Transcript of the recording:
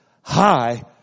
high